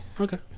Okay